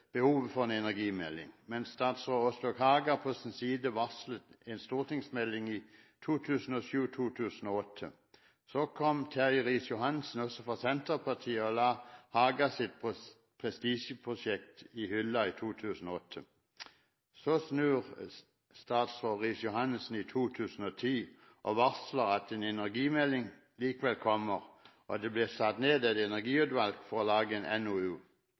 behovet for en energimelding, mens statsråd Åslaug Haga på sin side varslet en stortingsmelding i 2007–2008. Så kom statsråd Terje Riis-Johansen fra Senterpartiet og la Hagas prestisjeprosjekt på hylla i 2008. Så snur Riis-Johansen i 2010 og varsler at en energimelding likevel kommer, og det ble satt ned et energiutvalg for å lage en NOU.